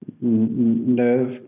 nerve